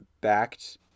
backed